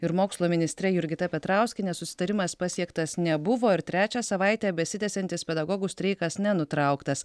ir mokslo ministre jurgita petrauskiene susitarimas pasiektas nebuvo ir trečią savaitę besitęsiantis pedagogų streikas nenutrauktas